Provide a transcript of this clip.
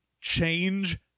change